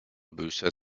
bücher